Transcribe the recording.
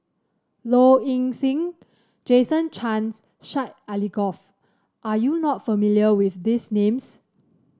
Low Ing Sing Jason Chan and Syed Alsagoff are you not familiar with these names